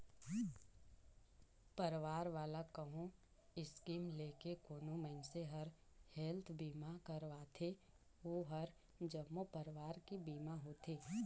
परवार वाला कहो स्कीम लेके कोनो मइनसे हर हेल्थ बीमा करवाथें ओ हर जम्मो परवार के बीमा होथे